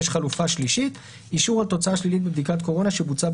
יש חלופה שלישית - אישור על תוצאה שלילית בבדיקת קורונה שבוצעה